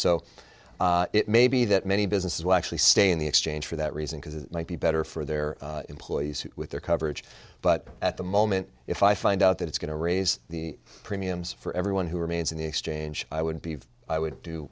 be that many businesses will actually stay in the exchange for that reason because it might be better for their employees with their coverage but at the moment if i find out that it's going to raise the premiums for everyone who remains in the exchange i would be i would do